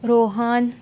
Rohan